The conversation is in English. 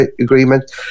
agreement